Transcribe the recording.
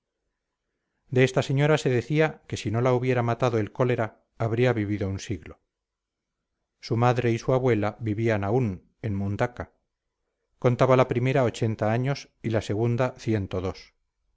de esta señora se decía que si no la hubiera matado el cólera habría vivido un siglo su madre y su abuela vivían aún en mundaca contaba la primera ochenta años y la segunda ciento dos